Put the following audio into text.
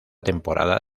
temporada